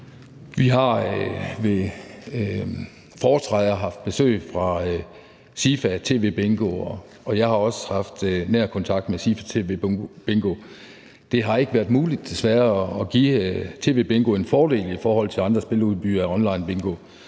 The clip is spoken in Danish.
Vi har ved foretræde haft besøg fra SIFA TVBingo, og jeg har også haft nær kontakt med SIFA TVBingo. Det har ikke været muligt, desværre, at give tv-bingo en fordel i forhold til andre spiludbydere af onlinebingo